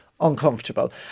uncomfortable